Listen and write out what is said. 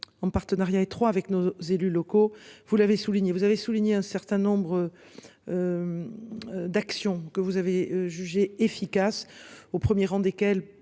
En partenariat étroit avec nos élus locaux vous l'avez souligné vous avez souligné un certain nombre. D'actions que vous avez jugé efficace au 1er rang desquels